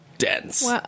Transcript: Dense